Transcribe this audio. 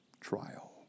trial